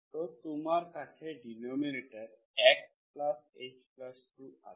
তো তোমার কাছে ডিনোমিনেটরে Xh2আছে